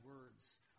words